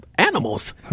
animals